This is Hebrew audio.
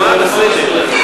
למען הסדר,